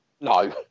No